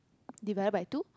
divided by two